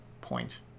point